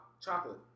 chocolate